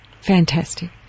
Fantastic